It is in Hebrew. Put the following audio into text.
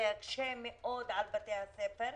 זה יקשה מאוד על בתי הספר.